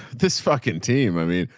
this fucking team. i mean,